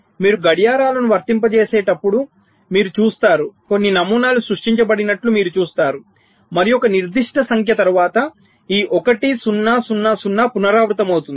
మీరు గడియారాలను వర్తింపజేసేటప్పుడు మీరు చూస్తారు కొన్ని నమూనాలు సృష్టించబడినట్లు మీరు చూస్తారు మరియు ఒక నిర్దిష్ట సంఖ్య తరువాత ఈ 1 0 0 0 పునరావృతమవుతుంది